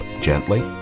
gently